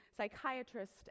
psychiatrist